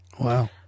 wow